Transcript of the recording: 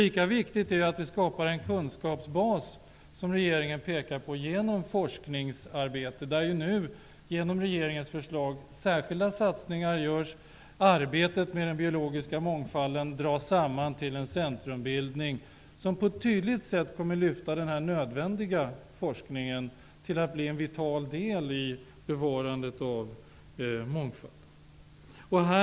Lika viktigt är det att vi genom forskningsarbete skapar den kunskapsbas som regeringen pekar på. Där görs nu särskilda intsatser genom regeringens förslag. Arbetet med den biologiska mångfalden dras samman till ett centrum, vilket på ett tydligt sätt kommer att lyfta den nödvändiga forskningen till att bli en vital del i bevarandet av mångfalden.